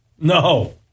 no